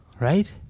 right